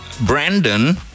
Brandon